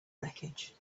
wreckage